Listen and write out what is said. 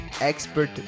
Expert